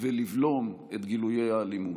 ולבלום את גילויי האלימות.